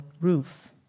roof